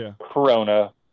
Corona